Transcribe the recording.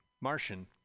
Martian